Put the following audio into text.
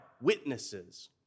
witnesses